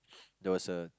there was a